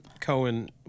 Cohen